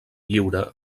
lliure